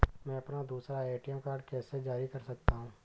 मैं अपना दूसरा ए.टी.एम कार्ड कैसे जारी कर सकता हूँ?